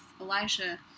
Elijah